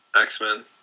X-Men